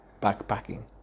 backpacking